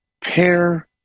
pair